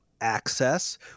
access